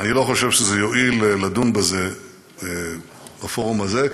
אני לא חושב שיועיל לדון בזה בפורום הזה,